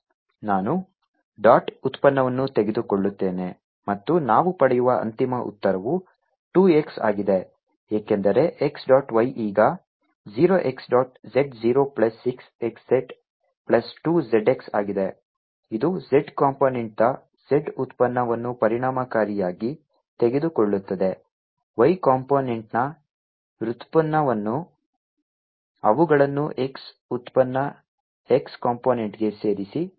ನಾನು ಡಾಟ್ ಉತ್ಪನ್ನವನ್ನು ತೆಗೆದುಕೊಳ್ಳುತ್ತೇನೆ ಮತ್ತು ನಾವು ಪಡೆಯುವ ಅಂತಿಮ ಉತ್ತರವು 2 x ಆಗಿದೆ ಏಕೆಂದರೆ x ಡಾಟ್ y ಈಗ 0 x dot z 0 plus 6 xz plus 2 zx ಆಗಿದೆ ಇದು z ಕಂಪೋನೆಂಟ್ದ z ಉತ್ಪನ್ನವನ್ನು ಪರಿಣಾಮಕಾರಿಯಾಗಿ ತೆಗೆದುಕೊಳ್ಳುತ್ತದೆ y ಕಂಪೋನೆಂಟ್ನ ವ್ಯುತ್ಪನ್ನ ಅವುಗಳನ್ನು x ಉತ್ಪನ್ನ x ಕಂಪೋನೆಂಟ್ಗೆ ಸೇರಿಸಿ